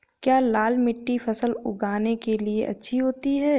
क्या लाल मिट्टी फसल उगाने के लिए अच्छी होती है?